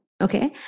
Okay